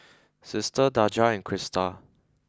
sister Daja and Crista